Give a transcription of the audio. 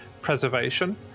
preservation